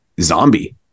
zombie